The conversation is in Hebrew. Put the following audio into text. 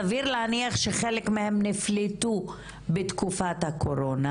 סביר להניח שחלק הן נפלטו בתקופת הקורונה,